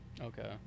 okay